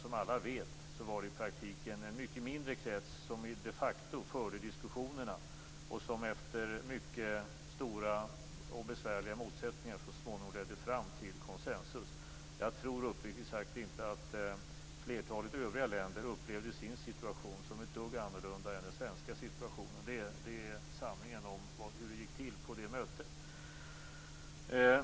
Som alla vet var det i praktiken en mycket mindre krets som de facto förde diskussionerna och som efter mycket stora och besvärliga motsättningar så småningom ledde fram till konsensus. Uppriktigt sagt tror jag att flertalet övriga länder inte upplevde sin situation som ett dugg annorlunda jämfört med den svenska situationen. Det är sanningen om hur det gick till på det mötet.